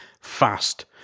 fast